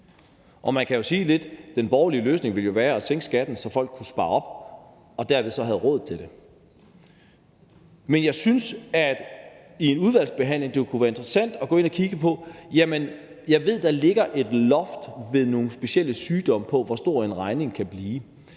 Og man kan jo lidt sige, at den borgerlige løsning ville være at sænke skatten, så folk kunne spare op og derved havde råd til det. Men jeg synes, at det i en udvalgsbehandling kunne være interessant at gå ind og kigge på det, for jeg ved, at der i forhold til forskellige sygdomme ligger et loft over, hvor stor en regning kan blive.